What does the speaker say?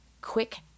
quick